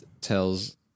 tells